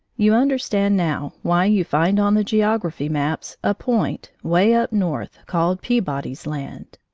you understand, now, why you find on the geography maps a point, way up north, called peabody's land!